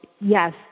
yes